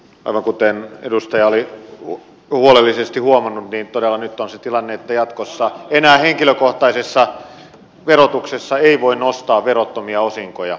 aivan kuten edustaja oli huolellisesti huomannut niin todella nyt on se tilanne että jatkossa enää henkilökohtaisessa verotuksessa ei voi nostaa verottomia osinkoja